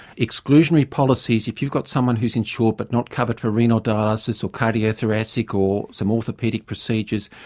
exclusionary policies, if you've got someone who is insured but not covered for renal dialysis or cardiothoracic or some orthopaedic besiegers,